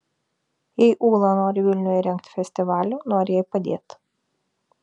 jei ūla nori vilniuje rengti festivalį noriu jai padėti